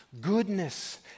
goodness